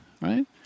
right